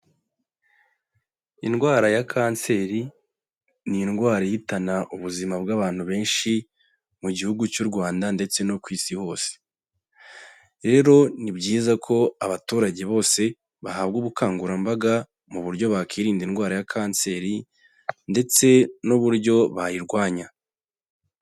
Indwara ya kanseri, ni indwara ihitana ubuzima bw'abantu benshi mu Gihugu cy'u Rwanda ndetse no ku Isi hose, rero ni byiza ko abaturage bose bahabwa ubukangurambaga mu buryo bakirinda indwara ya kanseri ndetse n'uburyo bayirwanya.